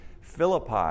Philippi